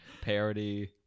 Parody